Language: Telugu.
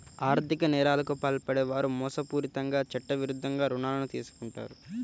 ఆర్ధిక నేరాలకు పాల్పడే వారు మోసపూరితంగా చట్టవిరుద్ధంగా రుణాలు తీసుకుంటారు